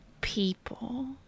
people